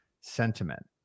sentiment